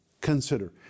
consider